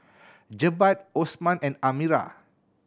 Jebat Osman and Amirah